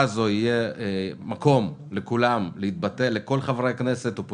-- יהיה לכל חברי הכנסת, מקום להתבטא.